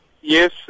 Yes